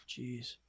Jeez